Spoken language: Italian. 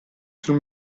sul